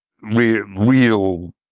real